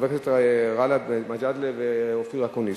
חברי הכנסת גאלב מג'אדלה ואופיר אקוניס,